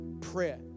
prayer